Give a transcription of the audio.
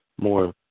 more